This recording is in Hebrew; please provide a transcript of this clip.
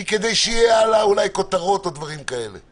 קידמתי את הישיבה, כינסנו ישיבה אחת, שתיים,